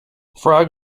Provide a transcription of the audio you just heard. frog